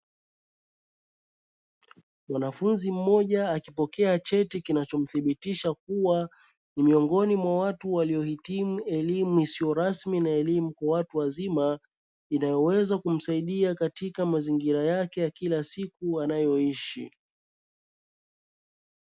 Mwanafunzi mmoja akipokea cheti, kinachomthibitisha kuwa ni miongoni mwa watu waliohitimu elimu isiyo rasmi na elimu kwa watu wazima, inayoweza kumsaidia katika mazingira yake ya kila siku anayoishi.